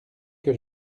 que